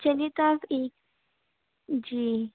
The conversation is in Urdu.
چلیے تو آپ ایک جی